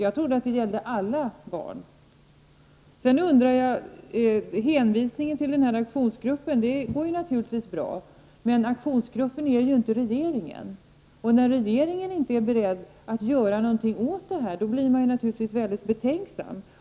Jag trodde att det gällde alla barn. Maj-Inger Klingvall hänvisar till aktionsgruppen, och det går naturligtvis bra att göra, men aktionsgruppen är ju inte regeringen. När regeringen inte är beredd att göra någonting åt det här blir man naturligtvis väldigt betänksam.